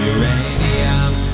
Uranium